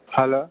hello